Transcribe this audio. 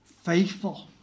Faithful